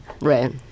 Right